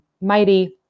Mighty